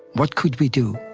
what could we do?